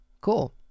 cool